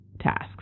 tasks